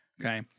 okay